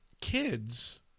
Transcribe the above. kids